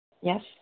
Yes